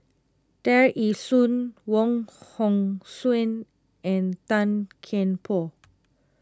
Tear Ee Soon Wong Hong Suen and Tan Kian Por